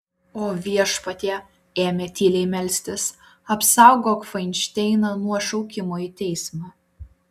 o viešpatie ėmė tyliai melstis apsaugok fainšteiną nuo šaukimo į teismą